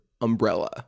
umbrella